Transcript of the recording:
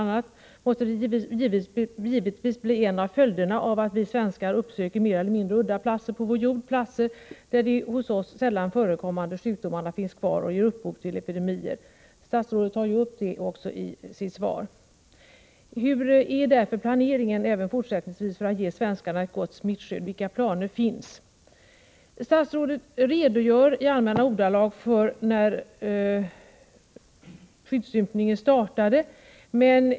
a. måste det givetvis bli en av följderna av att vi svenskar uppsöker mer eller mindre udda platser på vår jord, platser där de hos oss sällan förekommande sjukdomarna finns kvar och ger upphov till epidemier. Statsrådet tar också upp den aspekten i sitt svar. Jag vill därför fråga: Hurdan är planeringen för att man även fortsättningsvis skall kunna ge oss svenskar ett gott smittskydd? Vilka planer finns? Statsrådet redogör i allmänna ordalag för när skyddsympning påbörjades.